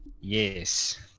Yes